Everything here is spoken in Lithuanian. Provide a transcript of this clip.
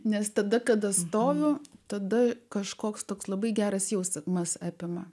nes tada kada stoviu tada kažkoks toks labai geras jausmas apima